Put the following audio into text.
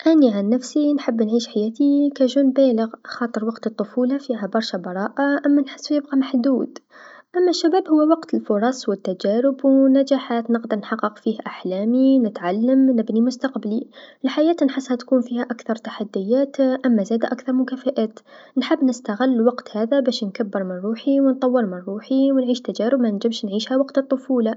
أنا عن نفسي نحب نعيش حياتي كشاب بالغ، خاطر وقت الطفوله فيها برشا براءه أما نحس فيه يبقى محدود، أما الشباب هو وقت الفرص و التجارب و النجاحات، نقدر نحقق فيه أحلامي نتعلم نبني مستقبلي، الحياة نحس تكون فيها أكثر تحديات أما زادا أكثر مكافئات، نحب نستغل الوقت هذا باش نكبر من روحي و نطور من روحي و نعيش تجارب منجمش نعيشها وقت الطفوله.